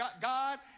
God